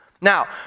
Now